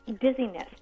dizziness